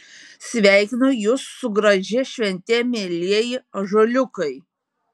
sveikinu jus su gražia švente mielieji ąžuoliukai